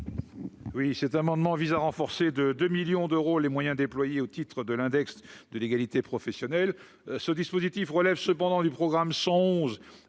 Oui, cet amendement vise à renforcer de 2 millions d'euros, les moyens déployés au titre de l'index de l'égalité professionnelle, ce dispositif relève cependant du programme